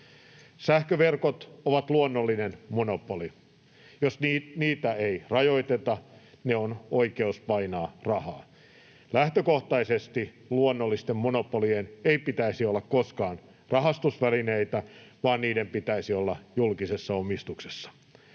Sähköverkot ovat luonnollinen monopoli. Jos niitä ei rajoiteta, ne ovat oikeus painaa rahaa. Lähtökohtaisesti luonnollisten monopolien ei pitäisi olla koskaan rahastusvälineitä, vaan niiden pitäisi olla julkisessa omistuksessa.